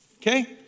Okay